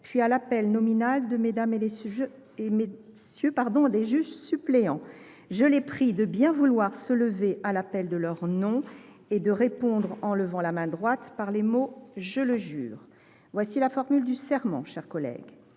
puis à l’appel nominal de Mmes et MM. les juges suppléants. Je les prie de bien vouloir se lever à l’appel de leur nom et de répondre, en levant la main droite, par les mots :« Je le jure. » Voici la formule du serment :« Je